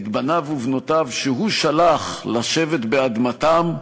את בניו ובנותיו, שהוא שלח לשבת באדמתם,